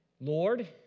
Lord